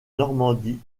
normandie